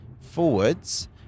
forwards